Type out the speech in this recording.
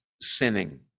sinning